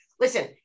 Listen